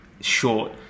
short